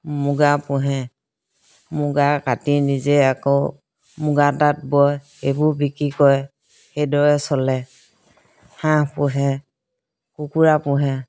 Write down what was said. মুগা পোহে মুগা কাটি নিজে আকৌ মুগা তাঁত বয় সেইবোৰ বিক্ৰী কৰে সেইদৰে চলে হাঁহ পোহে কুকুৰা পোহে